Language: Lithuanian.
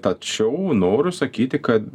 tačiau noriu sakyti kad